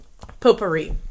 Potpourri